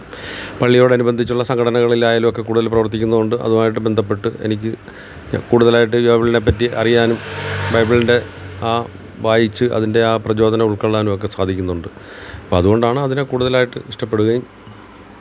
പള്ളിയോടനുബന്ധിച്ചുള്ള സംഘടനകളിലായാലും ഒക്കെ കൂടുതല് പ്രവര്ത്തിക്കുന്നതുകൊണ്ട് അതുമായിട്ട് ബന്ധപ്പെട്ട് എനിക്ക് കൂടുതലായിട്ട് ബൈബിളിനെപ്പറ്റി അറിയാനും ബൈബിളിന്റെ ആ വായിച്ച് അതിന്റെ ആ പ്രചോദനം ഉള്ക്കൊള്ളാനുമൊക്കെ സാധിക്കുന്നുണ്ട് അപ്പം അതുകൊണ്ടാണ് അതിനെ കൂടുതലായിട്ട് ഇഷ്ടപ്പെടുകയും